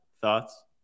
Thoughts